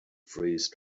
freeze